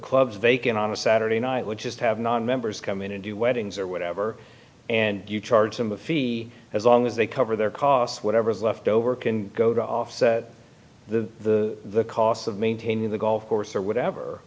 clubs vacant on a saturday night which is to have non members come in and do weddings or whatever and you charge them a fee as long as they cover their costs whatever's left over can go to offset the cost of maintaining the golf course or whatever